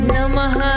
Namah